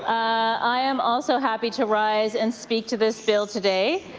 i am also happy to rise and speak to this bill today.